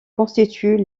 constituent